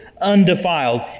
undefiled